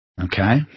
Okay